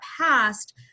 passed